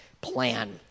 plan